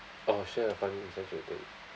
orh sure